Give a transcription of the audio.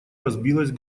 разбилась